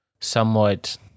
somewhat